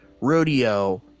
rodeo